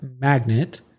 magnet